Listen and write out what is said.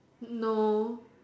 no